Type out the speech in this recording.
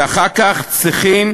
ואחר כך צריכים